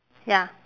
ya